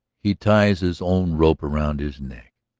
he ties his own rope around his neck.